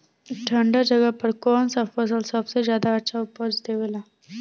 ठंढा जगह पर कौन सा फसल सबसे ज्यादा अच्छा उपज देवेला?